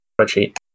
spreadsheet